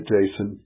Jason